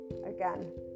Again